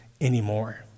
anymore